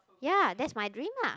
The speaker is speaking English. ya that's my dream lah